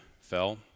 fell